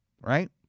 right